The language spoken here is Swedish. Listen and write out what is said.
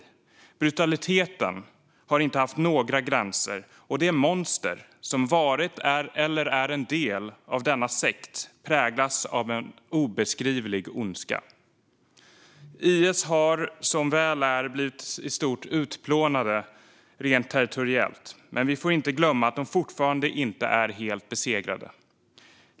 Brutaliteten har inte haft några gränser, och de monster som varit eller är en del av denna sekt präglas av en obeskrivlig ondska. IS har, som väl är, blivit i stort sett utplånade rent territoriellt, men vi får inte glömma att de fortfarande inte är helt besegrade.